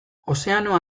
ozeano